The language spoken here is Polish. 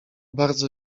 bardzo